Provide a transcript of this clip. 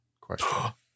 question